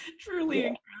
truly